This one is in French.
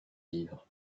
livres